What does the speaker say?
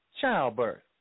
Childbirth